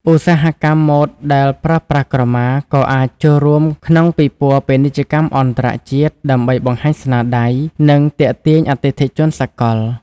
ឧស្សាហកម្មម៉ូដដែលប្រើប្រាស់ក្រមា ក៏អាចចូលរួមក្នុងពិព័រណ៍ពាណិជ្ជកម្មអន្តរជាតិ ដើម្បីបង្ហាញស្នាដៃ និងទាក់ទាញអតិថិជនសកល។